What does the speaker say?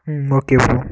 ம் okay bro